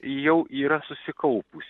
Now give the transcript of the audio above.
jau yra susikaupusi